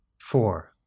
Four